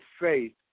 faith